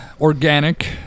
organic